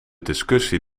discussie